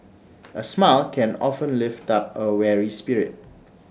A smile can often lift up A weary spirit